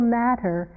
matter